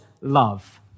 love